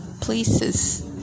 places